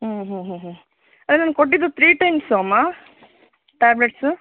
ಹ್ಞೂ ಹ್ಞೂ ಹ್ಞೂ ಹ್ಞೂ ಅದು ನಾನು ಕೊಟ್ಟಿದ್ದು ತ್ರೀ ಟೈಮ್ಸು ಅಮ್ಮ ಟ್ಯಾಬ್ಲೆಟ್ಸು